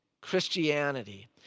Christianity